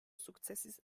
sukcesis